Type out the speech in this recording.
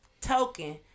token